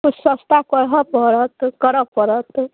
किछु सस्ता करहे पड़त करऽ पड़त